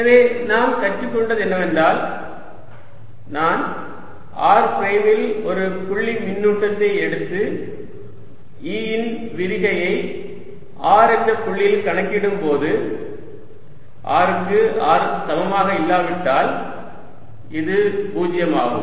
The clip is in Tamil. எனவே நாம் கற்றுக்கொண்டது என்னவென்றால் நான் r பிரைமில் ஒரு புள்ளி மின்னூட்டத்தை எடுத்து E இன் விரிகையை r என்ற புள்ளியில் கணக்கிடும்போது r க்கு r சமமாக இல்லாவிட்டால் இது 0 ஆகும்